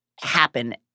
happen